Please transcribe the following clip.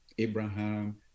Abraham